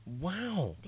Wow